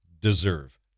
deserve